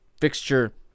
fixture